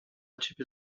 ciebie